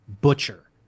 butcher